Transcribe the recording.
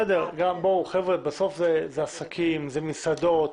בסוף אלה עסקים, אלה מסעדות.